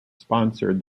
sponsored